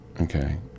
okay